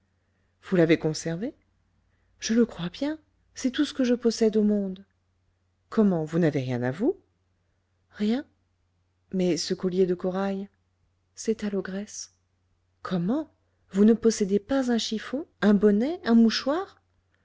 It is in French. vous l'avez conservé je le crois bien c'est tout ce que je possède au monde comment vous n'avez rien à vous rien mais ce collier de corail c'est à l'ogresse comment vous ne possédez pas un chiffon un bonnet un mouchoir